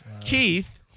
Keith